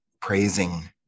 praising